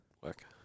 work